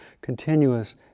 continuous